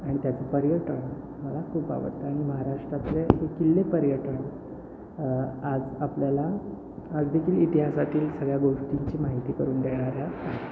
आणि त्याचं पर्यटन मला खूप आवडतं आणि महाराष्ट्रातले हे किल्ले पर्यटन आज आपल्याला आज देखील इतिहासातील सगळ्या गोष्टींची माहिती करून देणाऱ्या